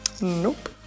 nope